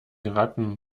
ratten